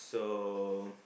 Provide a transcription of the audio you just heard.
so